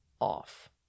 off